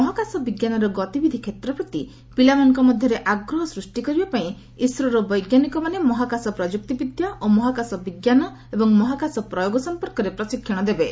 ମହାକାଶ ବିଜ୍ଞାନର ଗତିବିଧି କ୍ଷେତ୍ର ପ୍ରତି ପିଲାମାନଙ୍କ ମଧ୍ୟରେ ଆଗ୍ରହ ସୃଷ୍ଟି କରିବା ପାଇଁ ଇସ୍ରୋର ବୈଜ୍ଞାନିକମାନେ ମହାକାଶ ପ୍ରଯୁକ୍ତି ବିଦ୍ୟା ଓ ମହାକାଶ ବିଜ୍ଞାନ ଏବଂ ମହାକାଶ ପ୍ରୟୋଗ ସଂପର୍କରେ ପ୍ରଶିକ୍ଷଣ ଦେବେ